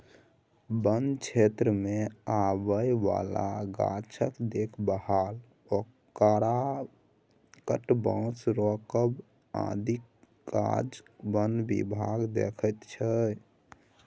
बन क्षेत्रमे आबय बला गाछक देखभाल ओकरा कटबासँ रोकब आदिक काज बन विभाग देखैत छै